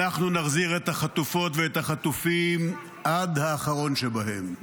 אנחנו נחזיר את החטופות ואת החטופים עד האחרון שבהם.